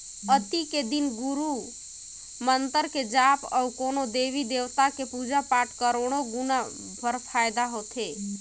अक्ती के दिन गुरू मंतर के जाप अउ कोनो देवी देवता के पुजा पाठ करोड़ो गुना फर देवइया होथे